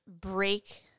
break